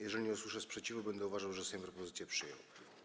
Jeżeli nie usłyszę sprzeciwu, będę uważał, że Sejm propozycję przyjął.